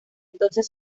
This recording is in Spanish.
entonces